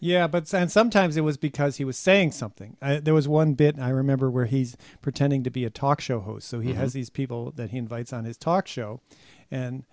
yeah but sad sometimes it was because he was saying something there was one bit i remember where he's pretending to be a talk show host so he has these people that he invites on his talk show and